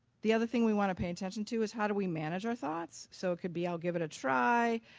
the other thing we want to pay attention to is how do we manage our thoughts so it could be i'll give it a try,